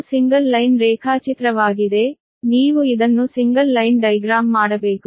ಇದು single line ರೇಖಾಚಿತ್ರವಾಗಿದೆ ನೀವು ಇದನ್ನು ಸಿಂಗಲ್ ಲೈನ್ ಡೈಗ್ರಾಮ್ ಮಾಡಬೇಕು